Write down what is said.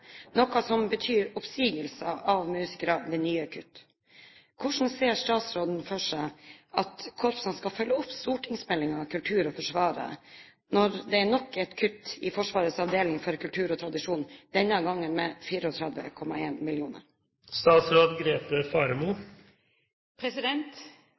noe som betyr oppsigelser av musikere ved nye kutt. Hvordan ser statsråden for seg at korpsene skal følge opp stortingsmeldingen «Kultur å forsvare» i 2011 med nok et kutt i Forsvarets avdeling for kultur og tradisjon, denne gangen med